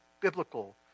biblical